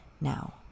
now